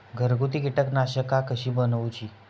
घरगुती कीटकनाशका कशी बनवूची?